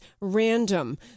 random